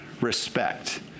respect